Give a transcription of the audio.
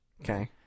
Okay